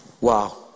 Wow